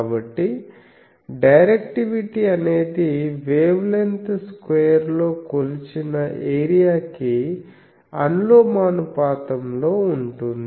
కాబట్టి డైరెక్టివిటీ అనేది wavelength square లో కొలిచిన ఏరియాకి అనులోమానుపాతంలో ఉంటుంది